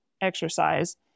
exercise